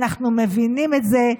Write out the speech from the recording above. אנחנו מבינים את זה,